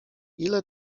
ile